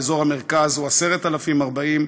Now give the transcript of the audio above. באזור המרכז הוא 10,040,